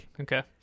Okay